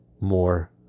more